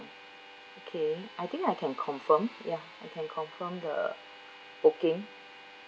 okay I think I can confirm yeah I can confirm the booking